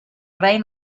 rei